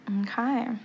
Okay